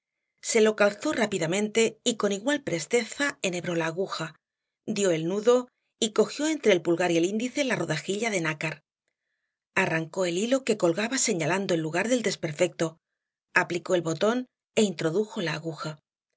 se lo calzó rápidamente y con igual presteza enhebró la aguja dió el nudo y cogió entre el pulgar y el índice la rodajilla de nácar arrancó el hilo que colgaba señalando el lugar del desperfecto aplicó el botón é introdujo la aguja aquí